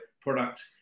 product